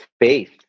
faith